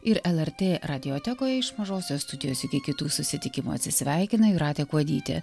ir lrt radiotekoj iš mažosios studijos iki kitų susitikimų atsisveikina jūratė kuodytė